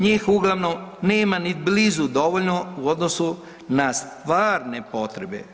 Njih uglavnom nema niti blizu dovoljno u odnosu na stvarne potrebe.